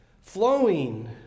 flowing